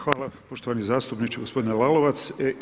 Hvala poštovani zastupniče gospodine Lalovac.